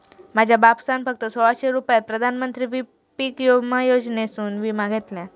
माझ्या बापसान फक्त सोळाशे रुपयात प्रधानमंत्री पीक विमा योजनेसून विमा घेतल्यान